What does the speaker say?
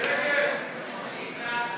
הצעת